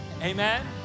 Amen